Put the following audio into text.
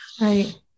Right